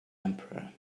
emperor